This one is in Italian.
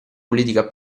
politica